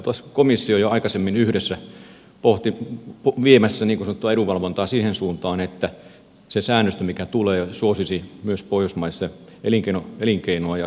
oltaisiin komissioon jo aikaisemmin yhdessä viemässä niin sanotusti edunvalvontaa siihen suuntaan että se säännöstö mikä tulee suosisi myös pohjoismaisia elinkeinoja ja hyvinvointiyhteiskuntia